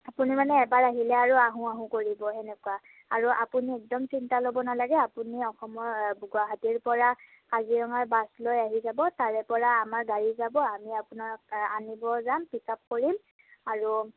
আপুনি মানে এবাৰ আহিলে আৰু আহোঁ আহোঁ কৰিব এনেকুৱা আৰু আপুনি একদম চিন্তা ল'ব নালাগে আপুনি অসমৰ গুৱাহাটীৰ পৰা কাজিৰঙাৰ বাছ লৈ আহি যাব তাৰে পৰা আমাৰ গাড়ী যাব আমি আপোনাক আনিব যাম পিক আপ কৰিম আৰু